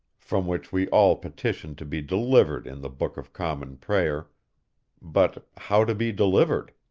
from which we all petition to be delivered in the book of common prayer but how to be delivered?